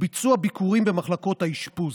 וביצוע ביקורים במחלקות האשפוז.